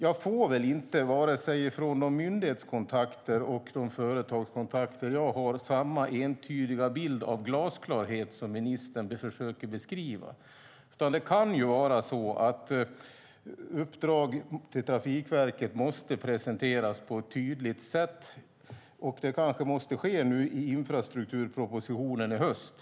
Jag får väl inte vare sig från de myndighetskontakter eller från de företagskontakter jag har samma entydiga bild av glasklarhet som ministern försöker ge. Det kan vara så att uppdrag till Trafikverket måste presenteras på ett tydligt sätt. Kanske måste det ske i infrastrukturpropositionen nu i höst.